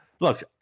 Look